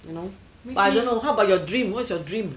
you know but I don't know how about your dream what is your dream